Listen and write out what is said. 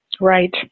Right